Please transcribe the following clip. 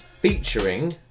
featuring